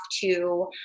to-